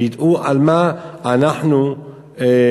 שידעו על מה אנחנו דנים,